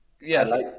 Yes